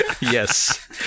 yes